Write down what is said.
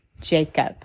Jacob